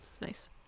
Nice